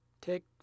Take